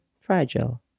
fragile